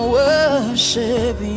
worship